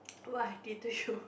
what i did to you